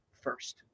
first